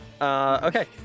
Okay